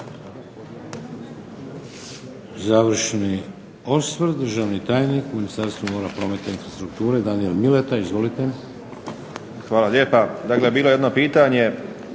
Završni osvrt državni tajnik u Ministarstvu mora, prometa i infrastrukture Daniel Mileta. Izvolite. **Mileta, Danijel** Hvala lijepa. Dakle, bilo je jedno pitanje.